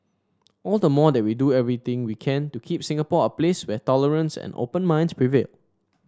all the more that we do everything we can to keep Singapore a place where tolerance and open minds prevail